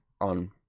on